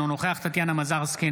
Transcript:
אינו נוכח טטיאנה מזרסקי,